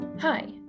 Hi